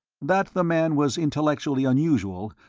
that the man was intellectually unusual,